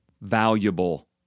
valuable